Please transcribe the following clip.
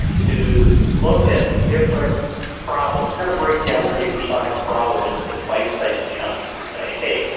to look at different problems, kind of break down the hypersonic problem into bite-sized chunks and say, hey,